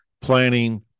planning